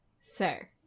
sir